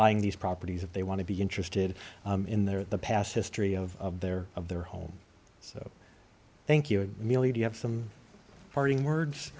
buying these properties if they want to be interested in their past history of their of their home so thank you a million you have some parting words